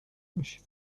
باشیم